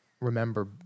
remember